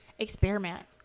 experiment